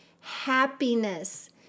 happiness